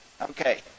okay